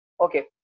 okay